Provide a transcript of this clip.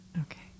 Okay